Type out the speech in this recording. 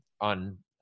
on